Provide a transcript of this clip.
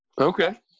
okay